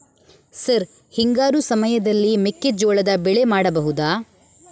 Sir ಹಿಂಗಾರು ಸಮಯದಲ್ಲಿ ಮೆಕ್ಕೆಜೋಳದ ಬೆಳೆ ಮಾಡಬಹುದಾ?